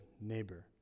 neighbor